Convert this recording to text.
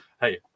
Hey